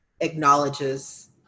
acknowledges